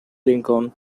lincoln